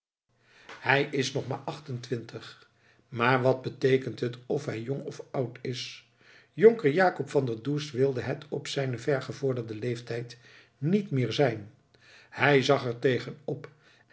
hij is nog maar achtentwintig maar wat beteekent het of hij jong of oud is jonker jacob van der does wilde het op zijnen vergevorderden leeftijd niet meer zijn hij zag er tegen op